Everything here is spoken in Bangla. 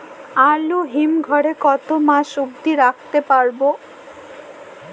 আলু হিম ঘরে কতো মাস অব্দি রাখতে পারবো?